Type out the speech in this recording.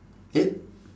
eight